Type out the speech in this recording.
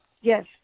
Yes